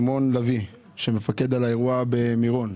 שמעון לביא, שמפקד על האירוע במירון,